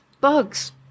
bugs